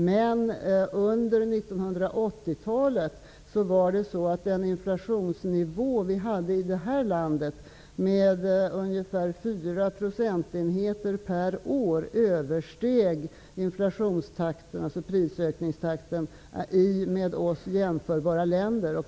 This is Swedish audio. Men under 1980-talet hade vi i detta land en inflationsnivå som med 4 procentenheter per år översteg inflationstakten, dvs. prisökningstakten, i med Sverige jämförbara länder.